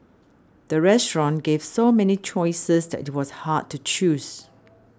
the restaurant gave so many choices that it was hard to choose